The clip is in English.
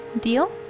Deal